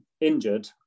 injured